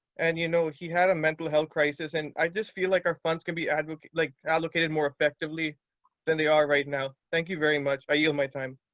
and you know he had a mental health crisis and i just feel like our funds can be like allocated more effectively than they are right now. thank you very much, i yield my time.